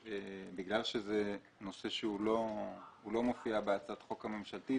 במישרין או בעקיפין,